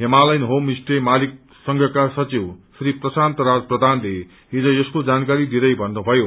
Himalayan home stay मालिक संघका सचिव श्री प्रशान्त राज प्रधानले हिज यसको जानकारी दिदै भन्नुभयो